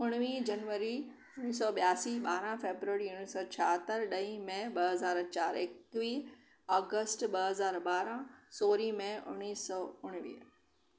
उणिवीह जनवरी उन्नीस सौ ॿयासी ॿारहं फेब्रुवरी उन्नीस सौ छिहातरि ॾहीं में ॿ हज़ार चार एकवीह ऑगस्ट ॿ हज़ार ॿारहं सोरहीं में उन्नीस सौ उणिवीह